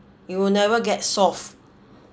it will never get solved